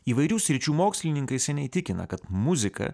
įvairių sričių mokslininkai seniai tikina kad muzika